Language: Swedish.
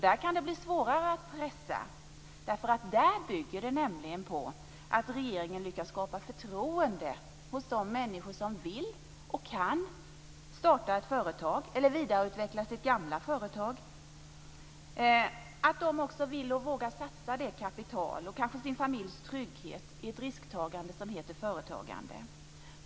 Där kan det bli svårare att pressa därför att där bygger det på att regeringen lyckas skapa förtroende hos de människor som vill och kan starta ett företag eller vidareutveckla sitt gamla företag så att de vill och vågar satsa sitt kapital och kanske sin familjs trygghet i det risktagande som heter företagande.